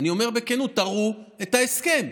אני אומר בכנות: תראו את ההסכם.